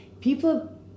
people